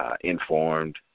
informed